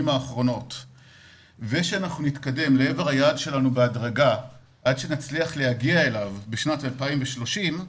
האחרונות ושנתקדם לעבר היעד שלנו בהדרגה עד שנצליח להגיע אליו בשנת 2030,